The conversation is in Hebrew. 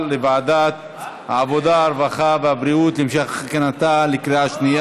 (תיקון מס' 209) (תשלום גמלת סיעוד לידי